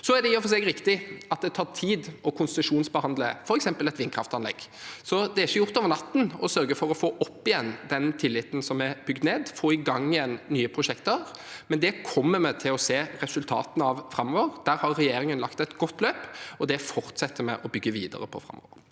Det er i og for seg riktig at det tar tid å konsesjonsbehandle f.eks. et vindkraftanlegg, så det er ikke gjort over natten å sørge for å få opp igjen den tilliten som er bygd ned, få i gang igjen nye prosjekter, men det kommer vi til å se resultatene av framover. Der har regjeringen lagt et godt løp, og det fortsetter vi å bygge videre på framover.